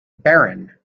barren